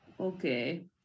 Okay